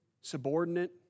subordinate